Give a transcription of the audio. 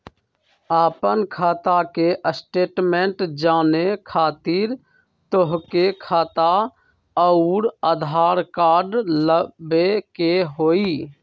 आपन खाता के स्टेटमेंट जाने खातिर तोहके खाता अऊर आधार कार्ड लबे के होइ?